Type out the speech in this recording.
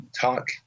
talk